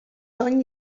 són